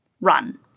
run